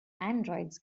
androids